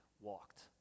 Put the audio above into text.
walked